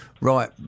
Right